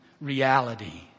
reality